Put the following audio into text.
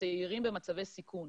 בצעירים במצבי סיכון.